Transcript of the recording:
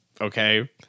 Okay